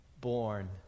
born